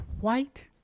white